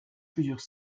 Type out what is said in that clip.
plusieurs